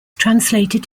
translated